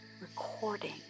recording